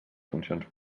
funcions